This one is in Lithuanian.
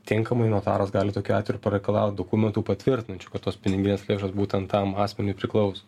tinkamai notaras gali tokiu atveju ir pareikalaut dokumentų patvirtinančių kad tos piniginės lėšos būtent tam asmeniui priklauso